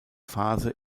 phase